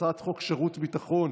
הצעת חוק שירות ביטחון